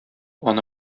аны